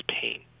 pain